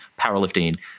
powerlifting